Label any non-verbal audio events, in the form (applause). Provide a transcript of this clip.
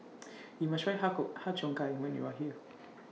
(noise) YOU must Try Har (unintelligible) Har Cheong Gai when YOU Are here